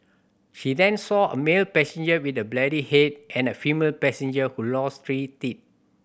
she then saw a male passenger with a bloodied head and a female passenger who lost three teeth